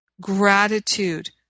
gratitude